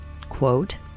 quote